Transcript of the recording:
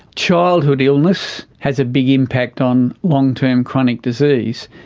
childhood illness has a big impact on long-term chronic disease,